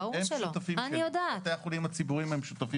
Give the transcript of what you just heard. ואחר כך כשאני עושה פעילות כדי לטפל בזה אני מקבל